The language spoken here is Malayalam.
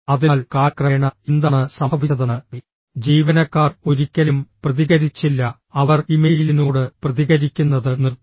അതിനാൽ കാലക്രമേണ എന്താണ് സംഭവിച്ചതെന്ന് ജീവനക്കാർ ഒരിക്കലും പ്രതികരിച്ചില്ല അവർ ഇമെയിലിനോട് പ്രതികരിക്കുന്നത് നിർത്തി